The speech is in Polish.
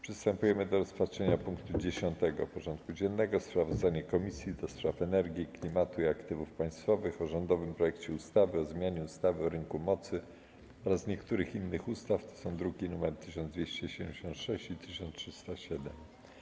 Przystępujemy do rozpatrzenia punktu 10. porządku dziennego: Sprawozdanie Komisji do Spraw Energii, Klimatu i Aktywów Państwowych o rządowym projekcie ustawy o zmianie ustawy o rynku mocy oraz niektórych innych ustaw (druki nr 1276 i 1307)